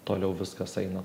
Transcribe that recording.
toliau viskas eina